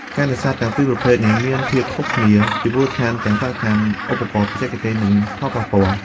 ការនេសាទទាំងពីរប្រភេទនេះមានភាពខុសគ្នាជាមូលដ្ឋានទាំងបរិស្ថាន ឧបករណ៍ បច្ចេកទេស និងផលប៉ះពាល់។